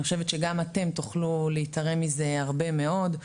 אני חושבת שגם אתם תוכלו להיתרם מזה הרבה מאוד.